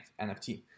NFT